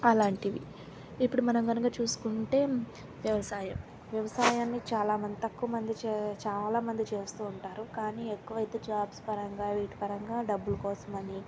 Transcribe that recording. అలాంటివి ఇప్పుడు మనము కనుక చూసుకుంటే వ్యవసాయం వ్యవసాయాన్ని చాలా తక్కువ మంది చే చాలామంది చేస్తూ ఉంటారు కానీ ఎక్కువ అయితే జాబ్స్ పరంగా వీటి పరంగా డబ్బులు కోసం అని